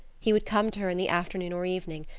he would come to her in the afternoon or evening,